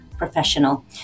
professional